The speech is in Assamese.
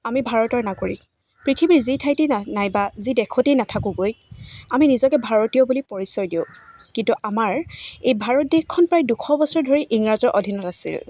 আমি ভাৰতৰ নাগৰিক পৃথিৱীৰ যি ঠাইতে না নাইবা যি দেশতে নাথাকোঁগৈ আমি নিজকে ভাৰতীয় বুলি পৰিচয় দিওঁ কিন্তু আমাৰ এই ভাৰত দেশখন প্ৰায় দুশ বছৰ ধৰি ইংৰাজৰ অধীনত আছিল